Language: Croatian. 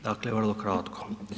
Dakle, vrlo kratko.